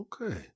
Okay